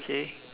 okay